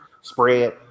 spread –